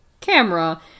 camera